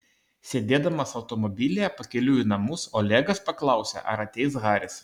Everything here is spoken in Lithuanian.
sėdėdamas automobilyje pakeliui į namus olegas paklausė ar ateis haris